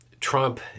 Trump